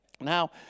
Now